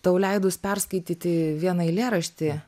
tau leidus perskaityti vieną eilėraštį